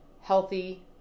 healthy